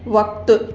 वक़्ति